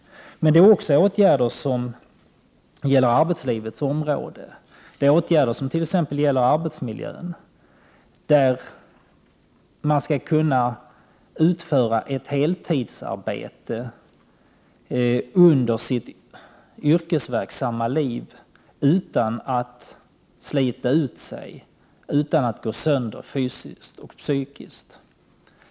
Men det fordras också åtgärder på arbetslivets område, t.ex. i förbättringar av arbetsmiljön. Man skall kunna utföra ett heltidsarbete under sitt yrkesverksamma liv utan att slita ut sig, utan att gå sönder fysiskt och psykiskt.